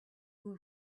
who